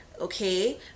okay